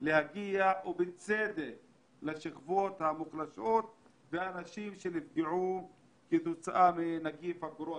להגיע ובצדק לשכבות המוחלשות ואנשים שנפגעו כתוצאה מנגיף הקורונה.